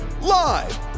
Live